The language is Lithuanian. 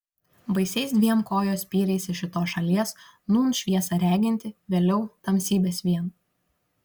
baisiais dviem kojos spyriais iš šitos šalies nūn šviesą regintį vėliau tamsybes vien